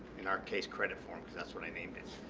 in our case credit form, because that's what i named it.